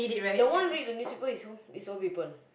the one read the newspaper is who is old people